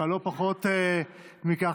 ולא פחות מכך,